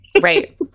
Right